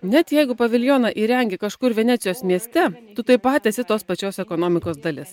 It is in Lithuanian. net jeigu paviljoną įrengi kažkur venecijos mieste taip pat esi tos pačios ekonomikos dalis